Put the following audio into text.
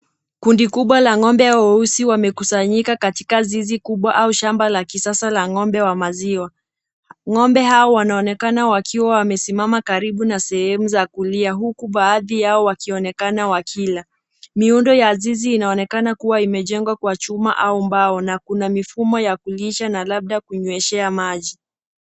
Kundi kubwa la ng'ombe weusi wamekusanyika katika zizi kubwa au shamba la kisasa la ng'ombe wa maziwa.Ng'ombe hawa wanaonekana wakiwa wamesimama karibu na sehemu za kulia, huku baadhi yap wanaonekana wakiwa. Miundo ya zizi inaonekana kuwa imejengwa kwa chuma au mbao na kuna mifumo ya kulisha na labda kunyweshea maji.